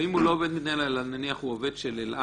ואם הוא לא עובד מדינה אלא נניח הוא עובד של אל על,